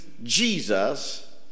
Jesus